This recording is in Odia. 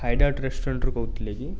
ହାଇଡ଼୍ରାକ୍ଟ ରେଷ୍ଟୁରାଣ୍ଟ୍ରୁ କହୁଥିଲେ କି